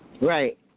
Right